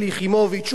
יריב לוין,